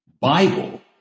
Bible